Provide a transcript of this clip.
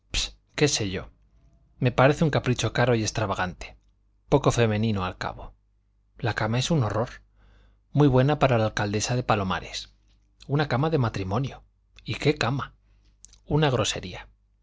qué sé yo me parece un capricho caro y extravagante poco femenino al cabo la cama es un horror muy buena para la alcaldesa de palomares una cama de matrimonio y qué cama una grosería